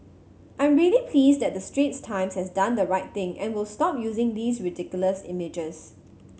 I'm really pleased that the Straits Times has done the right thing and will stop using these ridiculous images